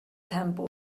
temple